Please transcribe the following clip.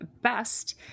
best